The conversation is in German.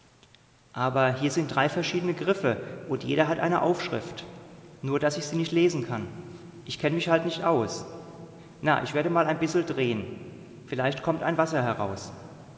aber hier sind drei verschiedene griffe und jeder hat eine aufschrift nur daß ich sie nicht lesen kann ich kenn mich halt nicht aus na ich werde mal ein bissel drehen vielleicht kommt ein wasser heraus